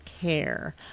care